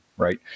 right